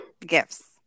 gifts